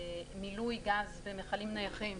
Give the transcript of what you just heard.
מילוי גז במכלים נייחים,